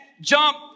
jump